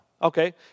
Okay